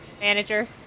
Manager